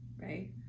right